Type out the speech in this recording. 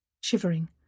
Shivering